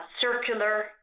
circular